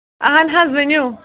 اَہَن حظ ؤنِو